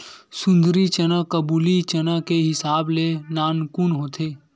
सुंदरी चना काबुली चना के हिसाब ले नानकुन होथे